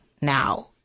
now